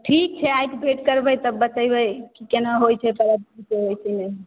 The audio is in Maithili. ठीक छै आइके भेट करबै तब बतेबै कि केना होइ छै पर्ब कैसे होइ छै नहि